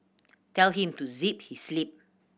tell him to zip his lip